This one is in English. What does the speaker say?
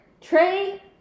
Trey